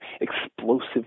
explosive